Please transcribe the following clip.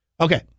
Okay